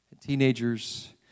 teenagers